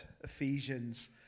ephesians